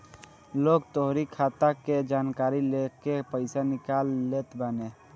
लोग तोहरी खाता के जानकारी लेके पईसा निकाल लेत बाने